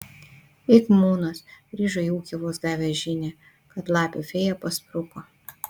ik munas grįžo į ūkį vos gavęs žinią kad lapių fėja paspruko